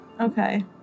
Okay